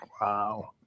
Wow